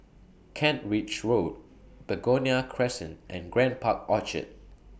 Kent Ridge Road Begonia Crescent and Grand Park Orchard